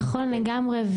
נכון לגמרי.